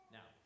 Now